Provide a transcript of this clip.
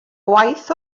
gwaith